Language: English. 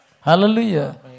Hallelujah